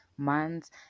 months